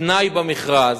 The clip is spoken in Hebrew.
תנאי במכרז,